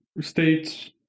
states